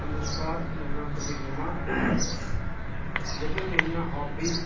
नमस्कार मेरा नांऽ प्रदीप शर्मा ऐ जेह्कियां मेरियां हाबियां न